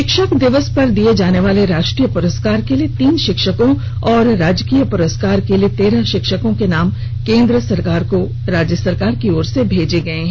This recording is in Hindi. शिक्षक दिवस पर दिए जाने वाले राष्ट्रीय पुरस्कार के लिए तीन शिक्षकों और राजकीय पुरस्कार के लिए तेरह शिक्षकों के नाम केन्द्र सरकार को राज्य सरकार की ओर से भेजे गए हैं